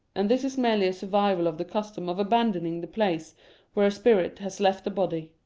and this is merely a survival of the custom of abandoning the place where a spirit has left the body.